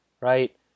right